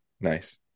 Nice